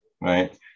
right